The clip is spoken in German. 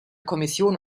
kommission